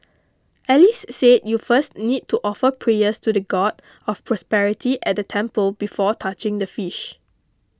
Alice said you first need to offer prayers to the God of Prosperity at the temple before touching the fish